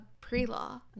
pre-law